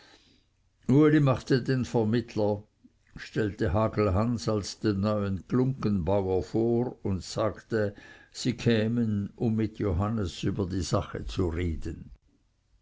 uli machte den vermittler stellte hagelhans als den neuen glunggenbauer vor und sagte sie kämen um mit johannes über die sache zu reden